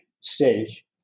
stage